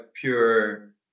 pure